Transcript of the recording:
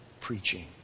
preaching